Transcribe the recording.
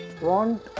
want